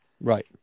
right